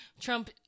Trump